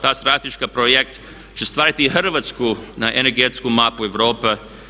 Ta strateški projekt će staviti Hrvatsku na energetsku mapu Europe.